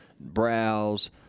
browse